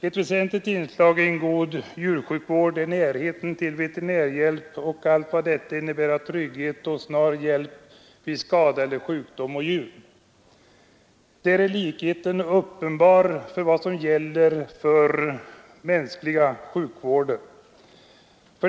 Ett väsentligt inslag i en god djursjukvård är närheten till veterinärhjälp och allt vad detta innebär av trygghet och snar hjälp vid skada eller sjukdom på djur. Där är likheten uppenbar med vad som gäller den mänskliga sjukvården.